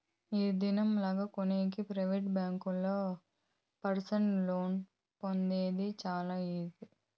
ఈ దినం లా కొనేకి ప్రైవేట్ బ్యాంకుల్లో పర్సనల్ లోన్ పొందేది చాలా ఈజీ